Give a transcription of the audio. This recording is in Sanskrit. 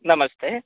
नमस्ते